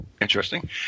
interesting